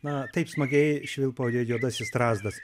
na taip smagiai švilpauja juodasis strazdas